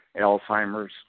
Alzheimer's